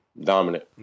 Dominant